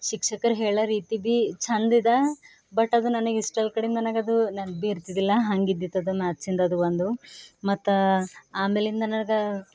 ಶಿಕ್ಷಕರು ಹೇಳೋ ರೀತಿ ಬಿ ಚೆಂದದ ಬಟ್ ಅದು ನನಗೆ ಇಷ್ಟ ಇಲ್ಲದ ಕಡೆಗೆ ನನಗದು ನೆನಪು ಭೀ ಇರ್ತಿದ್ದಿಲ್ಲ ಹಾಗಿದ್ದಿತ್ತದು ಮ್ಯಾಥ್ಸಿಂದದು ಒಂದು ಮತ್ತು ಆಮೇಲಿಂದ ನನಗೆ